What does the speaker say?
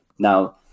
Now